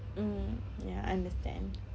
mm ya understand